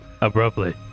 abruptly